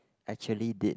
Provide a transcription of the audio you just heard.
actually did